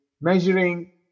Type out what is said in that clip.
measuring